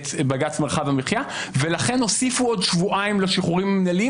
את מרחב המחיה ולכן הוסיפו עוד שבועיים לשחרורים המינהליים